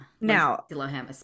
now